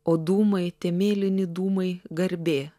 o dūmai tie mėlyni dūmai garbė